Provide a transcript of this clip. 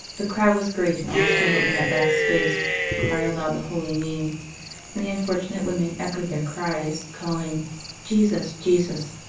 the crowd was great, and all assembled in that vast space cried aloud the holy name and the unfortunate women echoed their cries, calling jesus! jesus!